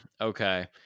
Okay